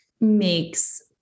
makes